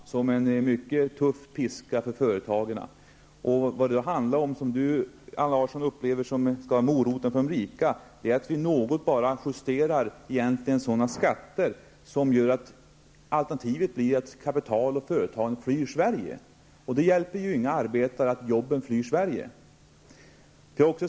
Fru talman! Allan Larsson anser att piskan gäller bara för vanligt folk och att moroten är till för de rika. Jag kan se en politik som skärper konkurrensen och som öppnar för integrationen till Europa, som en mycket tuff piska för företagen. Det som Allan Larsson betraktar som moroten för de rika är att vi något justerar sådana skatter som medför att kapital och företag skyr Sverige. Det hjälper ju inga arbetare att jobben flyr utomlands.